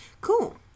Cool